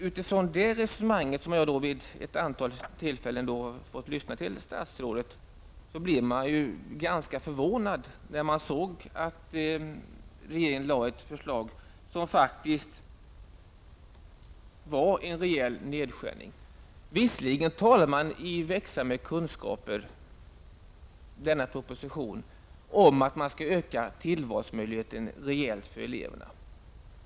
Utifrån det resonemang som statsrådet vid ett antal tillfällen har fört och som jag har kunnat lyssna till är det ganska förvånande att regeringen har lagt fram ett förslag som faktiskt innebär en rejäl nedskärning. Visserligen talar man om växande kunskaper i propositionen, om att man skall öka tillvalsmöjligheterna rejält för eleverna.